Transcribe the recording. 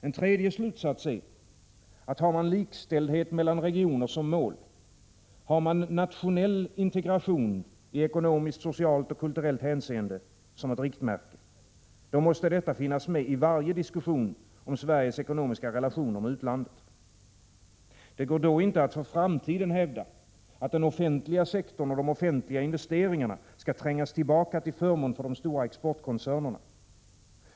En tredje slutsats är, att har man likställdhet mellan regioner som mål, har man nationell integration i ekonomiskt, socialt och kulturellt hänseende som riktmärke, då måste detta finnas med i varje diskussion om Sveriges ekonomiska relationer med utlandet. Det går då inte att för framtiden hävda att den offentliga sektorn och de offentliga investeringarna skall trängas tillbaka till förmån för de stora exportkoncernerna.